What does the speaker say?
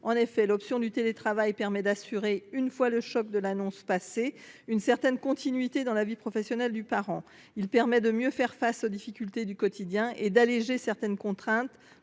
En effet, l’option du télétravail permet d’assurer, une fois le choc de l’annonce passé, une certaine continuité dans la vie professionnelle du parent. Il permet de mieux faire face aux difficultés du quotidien et d’alléger certaines contraintes,